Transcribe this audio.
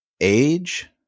age